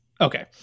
okay